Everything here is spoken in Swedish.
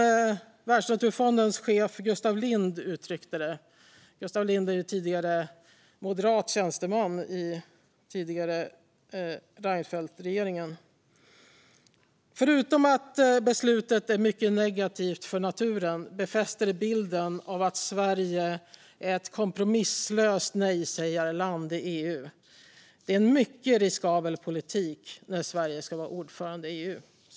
Världsnaturfondens chef Gustaf Lind, tidigare moderat tjänsteman under den tidigare Reinfeldtregeringen, uttryckte det som: Förutom att beslutet är mycket negativt för naturen befäster det bilden av att Sverige är ett kompromisslöst nejsägarland i EU. Det är en mycket riskabel politik när Sverige ska vara ordförande i EU.